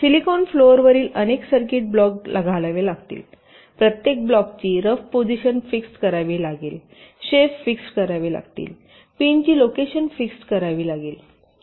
silicon फ्लोरवरील अनेक circuit block घालावे लागतील प्रत्येक ब्लॉकची रफ पोजिशन फिक्स्ड करावी लागेल शेप फिक्स्ड करावेत पिनची लोकेशन फिक्स्ड करावीत